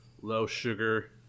low-sugar